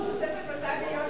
תוספת 200 מיליון ש"ח.